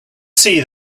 see